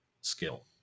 skill